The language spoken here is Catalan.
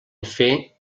fer